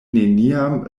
neniam